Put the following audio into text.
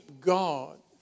God